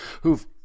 who've